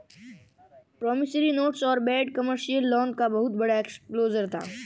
promissory notes और bad commercial loan का बहुत बड़ा एक्सपोजर था